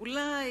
אולי,